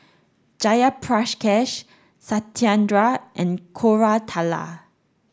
Jayaprakash Satyendra and Koratala